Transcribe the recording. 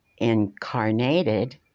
incarnated